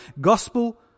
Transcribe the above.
gospel